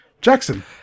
jackson